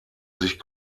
sich